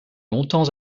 longtemps